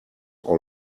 all